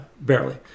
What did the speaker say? Barely